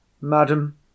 madam